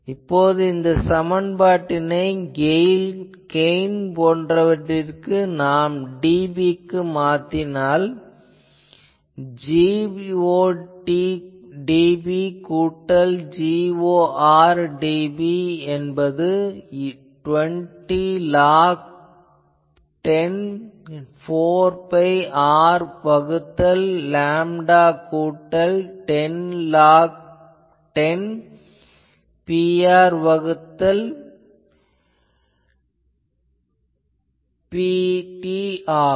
இப்போது இந்த சமன்பாட்டினை கெயின் போன்றவற்றிற்காக நாம் dB க்கு மாற்றினால் Got dB கூட்டல் Gor dB என்பது 20log10 4 பை R வகுத்தல் லேம்டா கூட்டல் 10log10 Pr வகுத்தல் Pt ஆகும்